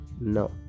No